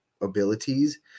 abilities